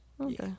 okay